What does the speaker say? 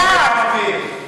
זה ערבית וזה ערבית.